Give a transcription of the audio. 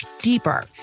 deeper